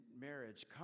marriage